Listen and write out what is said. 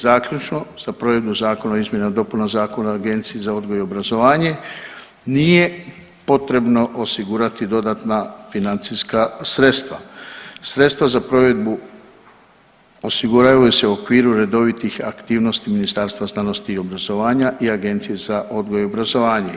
Zaključno, za provedbu Zakona o izmjenama i dopunama Zakona o Agenciji za odgoj i obrazovanje nije potrebno osigurati dodatna financijska sredstva, sredstva za provedbu osiguravaju se u okviru redovitih aktivnosti Ministarstva znanosti i obrazovanja i Agencije za odgoj i obrazovanje.